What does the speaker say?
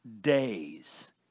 days